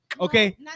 Okay